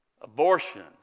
Abortion